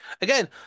again